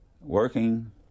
working